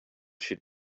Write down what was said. should